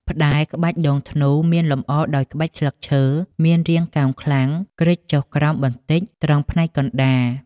ផ្តែរ ក្បាច់ដងធ្នូមានលម្អដោយក្បាច់ស្លឹងឈើ មានរាងកោងខ្លាំង គ្រេចចុះក្រោមបន្តិចត្រង់ផ្នែកកណ្តាល។